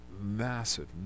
massive